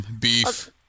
Beef